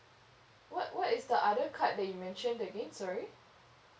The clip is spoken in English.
what what is the other card that you mentioned again sorry